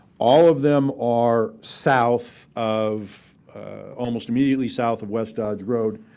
all of them are south of almost immediately south of west dodge road,